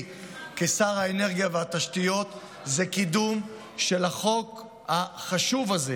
כשר האנרגיה והתשתיות זה קידום של החוק החשוב הזה,